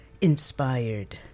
inspired